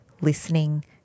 listening